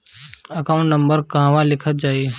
Account number कहवा लिखल जाइ?